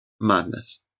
Madness